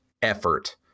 effort